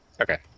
Okay